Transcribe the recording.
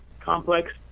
complex